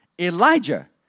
Elijah